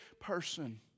person